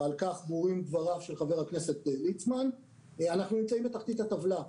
ועל כך מורים דבריו של חבר הכנסת ליצמן - אנחנו נמצאים בתחתית הטבלה.